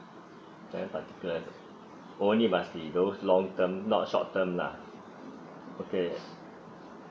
tenant particular only must be those long term not short term lah okay